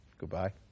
goodbye